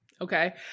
Okay